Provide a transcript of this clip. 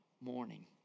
morning